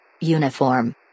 Uniform